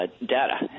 data